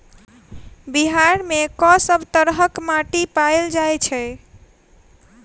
बिहार मे कऽ सब तरहक माटि पैल जाय छै?